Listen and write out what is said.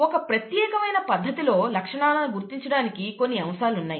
ఒక ప్రత్యేకమైన పద్ధతిలో లక్షణాలను గుర్తించడానికి కొన్ని అంశాలు ఉన్నాయి